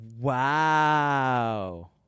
Wow